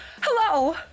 Hello